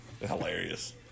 Hilarious